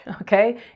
okay